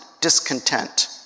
discontent